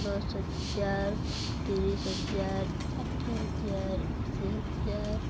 ଦଶ ହଜାର ତିରିଶି ହଜାର ଷାଠିଏ ହଜାର ଅଶୀ ହଜାର